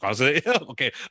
Okay